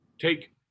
take